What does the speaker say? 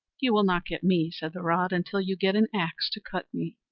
you will not get me, said the rod, until you get an axe to cut me.